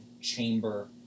chamber